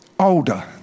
older